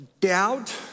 doubt